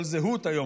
כל זהות היום,